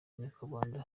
nyakabanda